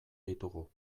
ditugu